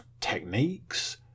techniques